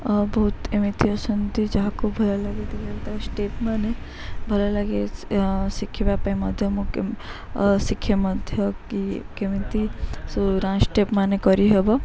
ଅ ବହୁତ ଏମିତି ଅଛନ୍ତି ଯାହାକୁ ଭଲ ଲାଗେ ଦି ତା ଷ୍ଟେପ୍ ମାନେ ଭଲ ଲାଗେ ଶିଖିବା ପାଇଁ ମଧ୍ୟ ମୁଁ ଶିଖେ ମଧ୍ୟ କି କେମିତି ସବୁ ଷ୍ଟେପ୍ ମାନେ କରିହେବ